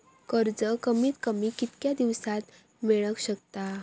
कर्ज कमीत कमी कितक्या दिवसात मेलक शकता?